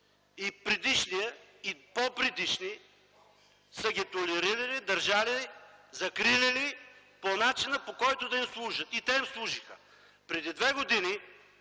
и предишния, и по-предишни, са ги толерирали, държали, закриляли, по начин, по който да им служат. И те им служиха. Преди две години